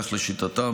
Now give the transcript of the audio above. כך לשיטתם,